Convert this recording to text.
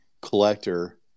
collector